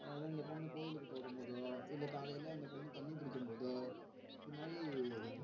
அதாவது இந்த பொண்ணு கோயிலுக்கு போகும்போதோ இல்லை காலையில அந்த பொண்ணு தண்ணி பிடிக்கும்போதோ இதுமாதிரி